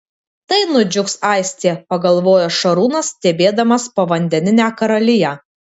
tai nudžiugs aistė pagalvojo šarūnas stebėdamas povandeninę karaliją